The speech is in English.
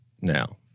now